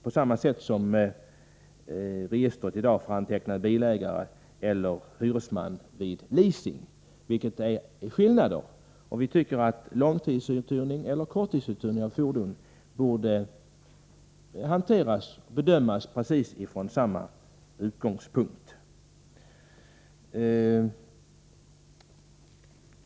Bilregistret får i dag anteckna bilägare eller hyresman vid leasing, och vi tycker att långtidsoch korttidsuthyrning av fordon borde bedömas utifrån precis samma utgångspunkt.